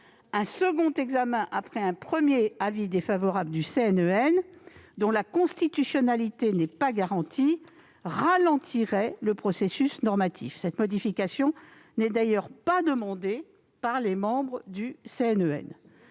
d'un second examen après un premier avis défavorable du CNEN, dont la constitutionnalité n'est pas garantie, ralentirait le processus normatif. Cette modification n'est d'ailleurs pas demandée par les membres du CNEN.